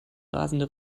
rasende